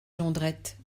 jondrette